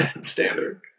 standard